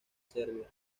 serbia